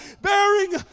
Bearing